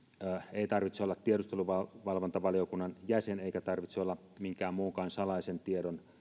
ei tarvitse olla tiedusteluvalvontavaliokunnan jäsen eikä tarvitse olla minkään muunkaan salaisen tiedon